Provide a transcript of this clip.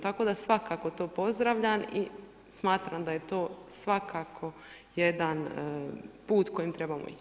Tako da svakako to pozdravljam i smatram da je svakako jedan put kojim trebamo ići.